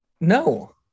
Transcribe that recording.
No